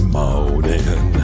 morning